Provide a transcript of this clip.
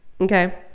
okay